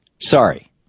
Sorry